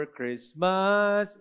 Christmas